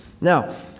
Now